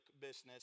business